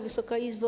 Wysoka Izbo!